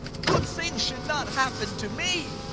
good things should not happen to me.